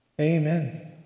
Amen